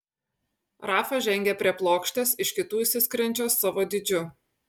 rafa žengė prie plokštės iš kitų išsiskiriančios savo dydžiu